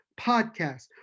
Podcast